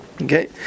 Okay